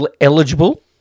eligible